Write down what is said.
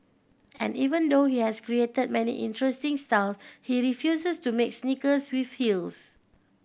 and even though he has created many interesting style he refuses to make sneakers with heels